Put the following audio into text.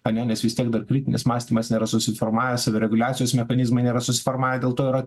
ane nes vis tiek dar kritinis mąstymas nėra susiformavęs savireguliacijos mechanizmai nėra susiformavę dėl to yra